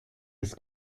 des